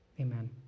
Amen